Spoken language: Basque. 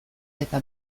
eta